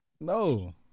No